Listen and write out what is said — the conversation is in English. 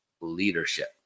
leadership